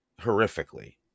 Horrifically